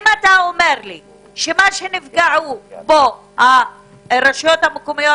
אם אתה אומר שמה שנפגעו בו הרשויות המקומיות